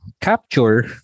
capture